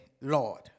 Lord